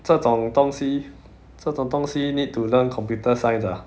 这种东西这种东西 need to learn computer science ah